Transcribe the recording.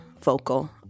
vocal